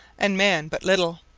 and man but little,